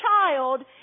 child